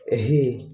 ଏହି